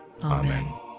Amen